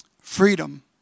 Freedom